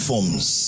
Forms